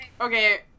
okay